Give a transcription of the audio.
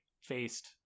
faced